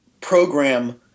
program